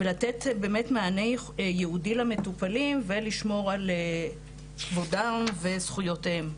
ולתת באמת מענה ייעודי למטופלים ולשמור על כבודם וזכויותיהם.